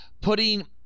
putting